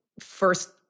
first